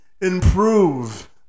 improve